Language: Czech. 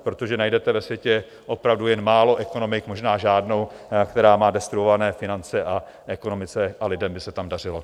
Protože najdete ve světě opravdu jen málo ekonomik, možná žádnou, která má destruované finance a ekonomice a lidem by se tam dařilo.